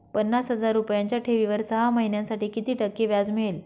पन्नास हजार रुपयांच्या ठेवीवर सहा महिन्यांसाठी किती टक्के व्याज मिळेल?